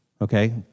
okay